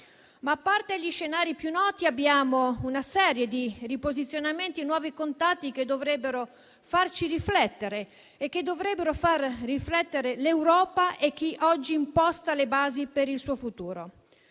A parte gli scenari più noti, abbiamo una serie di riposizionamenti e nuovi contatti che dovrebbero farci riflettere e che dovrebbero far riflettere l'Europa e chi oggi imposta le basi per il suo futuro.